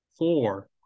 four